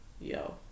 yo